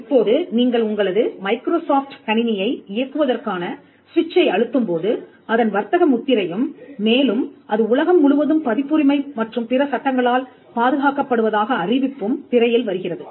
இப்போது நீங்கள் உங்களது மைக்ரோசாப்ட் கணினியை இயக்குவதற்கான சுவிட்சை அழுத்தும்போது அதன் வர்த்தக முத்திரையும் மேலும் அது உலகம் முழுவதும் பதிப்புரிமை மற்றும் பிற சட்டங்களால் பாதுகாக்கப்படுவதாக அறிவிப்பும் திரையில் வருகிறது